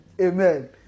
Amen